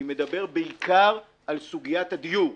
אני מדבר בעיקר על סוגיית הדיור,